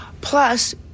Plus